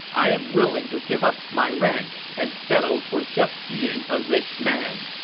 i am willing to give up my rank and settle for just being a rich man!